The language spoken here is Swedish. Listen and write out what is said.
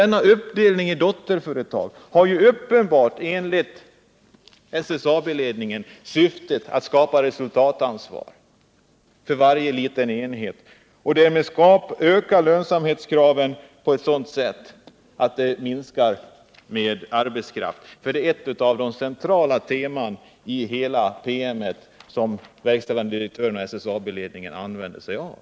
Denna uppdelning i dotterföretag har uppenbart, enligt SSAB-ledningen, till syfte att skapa resultatansvar för varje liten enhet och därmed öka lönsamhetskraven på ett sådant sätt att det minskar arbetskraften, för det är ett av de centrala temana i hela promemorian som verkställande direktören och SSAB-ledningen använder sig av.